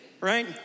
Right